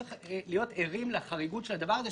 צריך להיות ערים לחריגות של הדבר הזה.